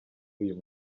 uyu